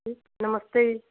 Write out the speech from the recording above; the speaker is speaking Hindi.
जी नमस्ते जी